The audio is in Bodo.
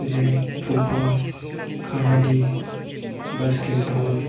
जेरै फुटबल काबाडि बास्केटबल